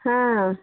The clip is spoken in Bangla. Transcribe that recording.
হ্যাঁ